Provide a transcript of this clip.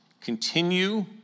continue